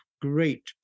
great